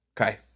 Okay